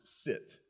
sit